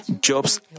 Job's